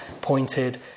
pointed